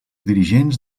dirigents